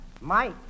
Mike